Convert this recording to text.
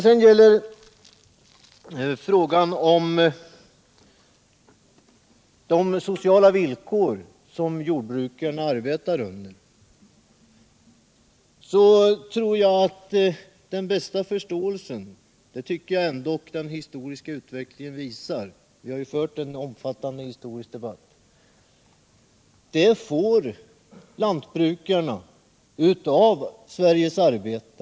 Vi har fört en omfattande historisk debatt om de här frågorna, och jag tycker att den historiska utvecklingen visar att lantbrukarna har den bästa förståelsen från Sveriges arbetare vad gäller de sociala villkor som de arbetat under.